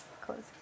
close